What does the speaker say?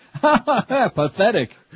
Pathetic